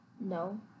No